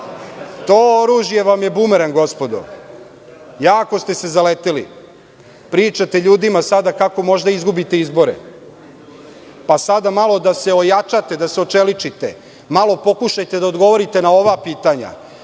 to oružje vam je bumerang, gospodo, jako ste se zaleteli. Pričate ljudima sada kako možda izgubite izbore, pa sada malo da se ojačate, da se očeličite. Malo pokušajte da odgovorite na ova pitanja